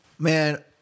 Man